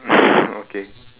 okay